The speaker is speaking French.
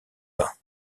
bains